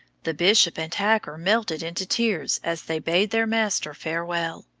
the bishop and hacker melted into tears as they bade their master farewell.